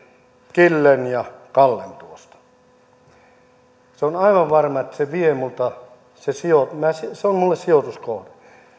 killen ja kallen se on aivan varma että se vie minulta se on minulle sijoituskohde